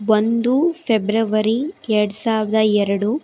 ಒಂದು ಫೆಬ್ರವರಿ ಎರಡು ಸಾವಿರದ ಎರಡು